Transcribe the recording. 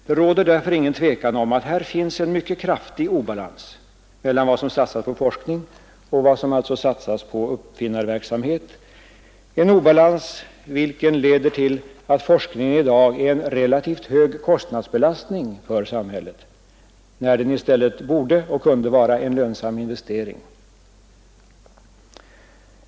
Det råder därför ingen tvekan om att här råder en mycket kraftig obalans mellan vad som satsas på forskning och vad som satsas på uppfinnarverksamhet, en obalans vilken leder till att forskningen i dag är en relativt hög kostnadsbelastning för samhället, när den i stället borde och kunde vara en lönsam investering.